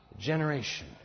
Generation